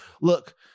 Look